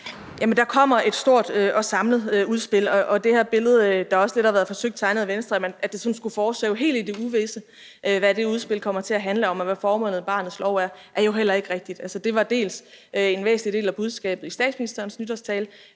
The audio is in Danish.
der kommer et stort og samlet udspil. Og det her billede, der også lidt har været forsøgt tegnet af Venstre, af, at det sådan skulle svæve helt i det uvisse, hvad det udspil kommer til at handle om, og hvad formålet med barnets lov er, er jo heller ikke rigtigt. Altså, det var jo en væsentlig del af budskabet dels i statsministerens nytårstale,